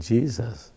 Jesus